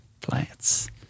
plants